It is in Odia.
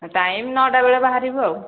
ଟାଇମ୍ ନଅଟା ବେଳେ ବାହାରିବୁ ଆଉ